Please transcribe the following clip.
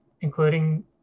including